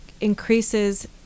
increases